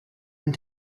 and